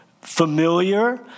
familiar